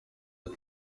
ati